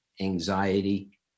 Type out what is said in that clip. anxiety